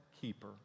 keeper